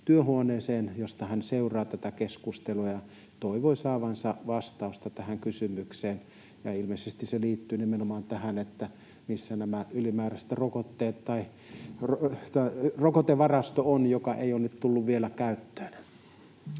työhuoneeseen, josta hän seuraa tätä keskustelua, ja toivoi saavansa vastauksen tähän kysymykseen. Ilmeisesti se liittyi nimenomaan tähän, missä on tämä ylimääräinen rokotevarasto, joka ei ole nyt tullut vielä käyttöön.